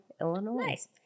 Illinois